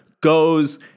goes